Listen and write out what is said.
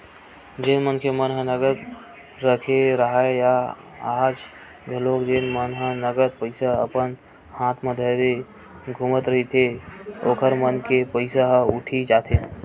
जेन मनखे मन ह नगद रखे राहय या आज घलोक जेन मन ह नगद पइसा अपन हात म धरे घूमत रहिथे ओखर मन के पइसा ह उठी जाथे